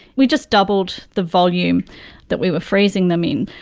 we just doubled the volume that we were freezing them in,